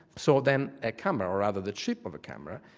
so then a camera or rather the chip of a camera,